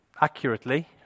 accurately